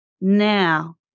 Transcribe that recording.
Now